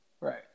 Right